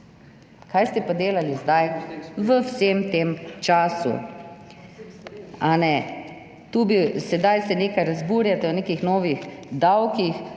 Kaj ste pa delali zdaj v vsem tem času? Tu se sedaj nekaj razburjate o nekih novih davkih,